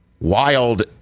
wild